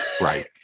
Right